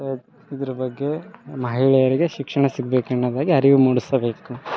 ಇದ್ರ ಬಗ್ಗೆ ಮಹಿಳೆಯರಿಗೆ ಶಿಕ್ಷಣ ಸಿಗ್ಬೇಕು ಅನ್ನೋದಾಗಿ ಅರಿವು ಮೂಡಿಸಬೇಕು